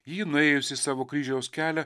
ji nuėjusi savo kryžiaus kelią